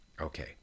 okay